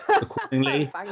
accordingly